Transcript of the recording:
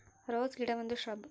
rose ಗಿಡ ಒಂದು shrub